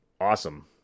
awesome